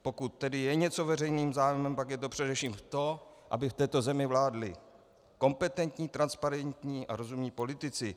Pokud tedy je něco veřejným zájmem, pak je to především to, aby v této zemi vládli kompetentní, transparentní a rozumní politici.